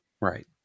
Right